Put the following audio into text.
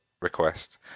request